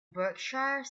berkshire